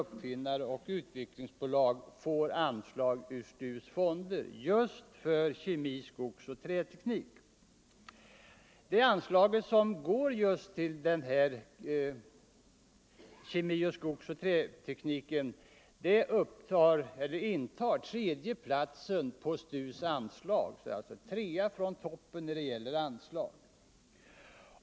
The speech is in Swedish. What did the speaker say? I första hand har anslaget gått till kollektiv forskning, rörande skogsindui andra hand till högskolor och universitet men också till enskilda upp = strin finnare och utvecklingsbolag.